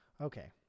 Okay